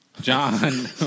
John